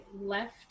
left